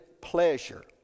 pleasure